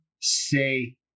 say